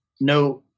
no